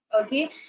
Okay